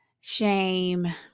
shame